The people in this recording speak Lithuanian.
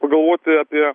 pagalvoti apie